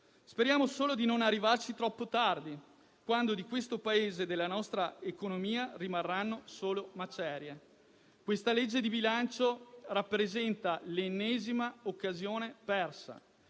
Speriamo solo di non arrivarci troppo tardi, quando di questo Paese e della nostra economia rimarranno solo macerie. Questa legge di bilancio rappresenta l'ennesima occasione persa;